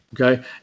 Okay